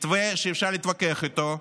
זה מתווה שאפשר להתווכח איתו,